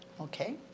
Okay